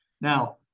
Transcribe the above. Now